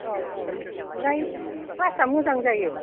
औ औ ओमफ्राय क्लास आ मोजां जायो